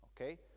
Okay